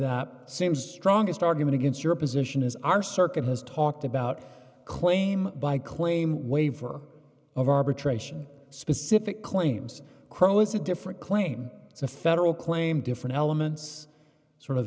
that same strongest argument against your position is our circuit has talked about claim by claim waiver of arbitration specific claims crow is a different claim it's a federal claim different elements sort of